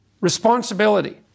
Responsibility